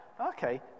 okay